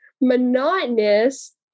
monotonous